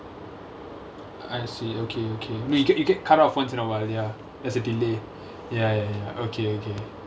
I see okay okay no you get you get cut off once in a while ya there's a delay ya ya ya okay okay